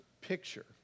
picture